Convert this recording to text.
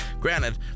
Granted